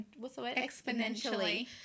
Exponentially